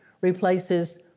replaces